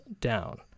down